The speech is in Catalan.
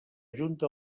junta